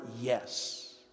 yes